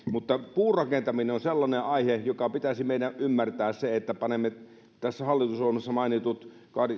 mutta puurakentaminen on sellainen aihe joka pitäisi meidän ymmärtää se että panemme tässä hallitusohjelmassa mainitut